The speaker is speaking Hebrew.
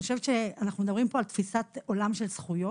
אני חושבת שאנחנו מדברים פה על תפיסת עולם של זכויות,